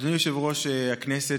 אדוני יושב-ראש הכנסת,